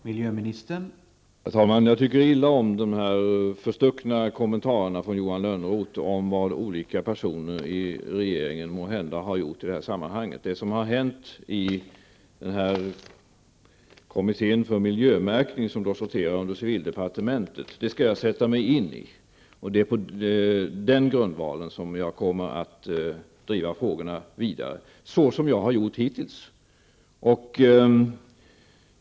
Herr talman! Jag tycker illa om Johan Lönnroths förstuckna kommentarer om vad olika personer i regeringen måhända har gjort i detta sammanhang. Jag skall sätta mig in i vad som har hänt i kommittén för miljömärkning, som alltså sorterar under civildepartementet. Det är på den grundvalen som jag kommer att driva frågorna vidare, på samma sätt som jag har gjort hittills.